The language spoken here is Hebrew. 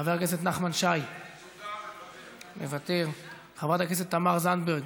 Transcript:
חבר הכנסת נחמן שי, מוותר, חברת הכנסת תמר זנדברג,